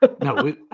No